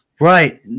Right